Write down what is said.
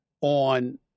on